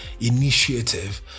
initiative